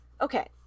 Okay